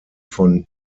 von